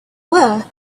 were